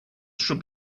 should